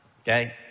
okay